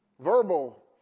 Verbal